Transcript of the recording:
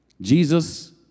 Jesus